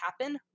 happen